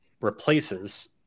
replaces